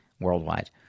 worldwide